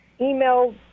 email